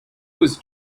was